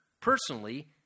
personally